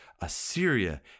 Assyria